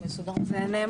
זה מסודר בתקנון.